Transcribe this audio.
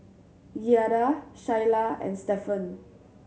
Giada Shyla and Stephan